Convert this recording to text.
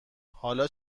حالا